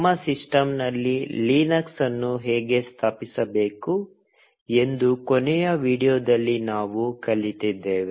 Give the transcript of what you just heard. ನಮ್ಮ ಸಿಸ್ಟಂನಲ್ಲಿ ಲಿನಕ್ಸ್ ಅನ್ನು ಹೇಗೆ ಸ್ಥಾಪಿಸಬೇಕು ಎಂದು ಕೊನೆಯ ವೀಡಿಯೊದಲ್ಲಿ ನಾವು ಕಲಿತಿದ್ದೇವೆ